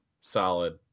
solid